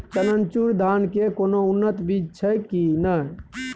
चननचूर धान के कोनो उन्नत बीज छै कि नय?